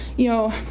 you know,